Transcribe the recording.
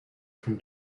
from